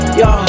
yo